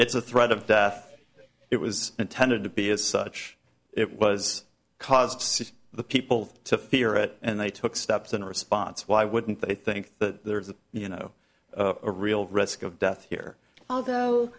it's the threat of death it was intended to be as such it was caused the people to fear it and they took steps in response why wouldn't they think that you know a real risk of death here although